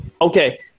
Okay